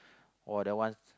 or the one